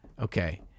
Okay